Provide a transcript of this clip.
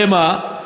למה?